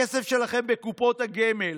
הכסף שלכם בקופות הגמל,